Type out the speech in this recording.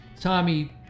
Tommy